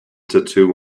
tattoo